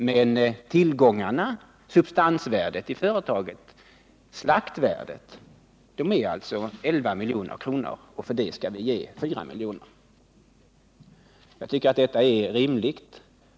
Men tillgångarna, substansvärdet i företaget, ”slaktvärdet”, är alltså 11 milj.kr. För det skall vi ge fyra miljoner, och jag tycker att detta är rimligt.